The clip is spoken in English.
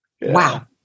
wow